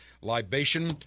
libation